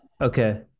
Okay